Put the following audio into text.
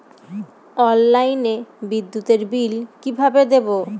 অনলাইনে বিদ্যুতের বিল কিভাবে দেব?